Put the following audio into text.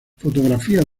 fotografías